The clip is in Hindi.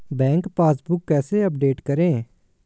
बैंक पासबुक कैसे अपडेट करें?